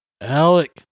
Alec